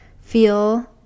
feel